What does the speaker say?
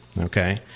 okay